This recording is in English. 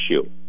issue